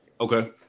okay